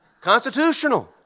Constitutional